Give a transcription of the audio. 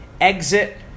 exit